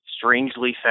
strangely